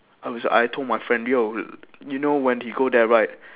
I was I told my friend yo you know when he go there right